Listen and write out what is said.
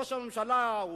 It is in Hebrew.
ראש הממשלה,